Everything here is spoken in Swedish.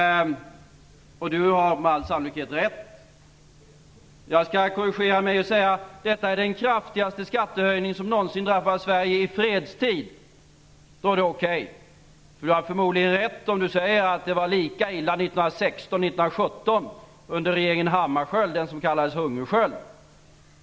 Johan Lönnroth har med all sannolikhet rätt. Jag skall korrigera mig och säga: Detta är den kraftigaste skattehöjning som någonsin drabbat Sverige i fredstid. Då är det okej. Johan Lönnroth har förmodligen rätt om han säger att det var lika illa 1916 och 1917 under regeringen Hammarskjöld, den som kallades Hungerskjöld.